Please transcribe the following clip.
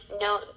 no